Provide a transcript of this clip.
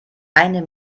eine